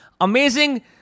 amazing